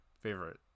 favorite